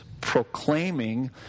proclaiming